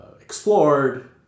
explored